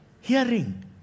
Hearing